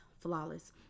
flawless